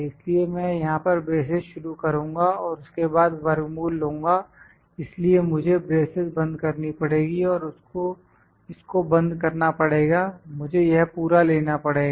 इसलिए मैं यहां पर ब्रेसेस शुरू करूँगा उसके बाद वर्गमूल लूँगा इसलिए मुझे ब्रेसेस बंद करनी पड़ेगी और इसको बंद करना पड़ेगा मुझे यह पूरा लेना पड़ेगा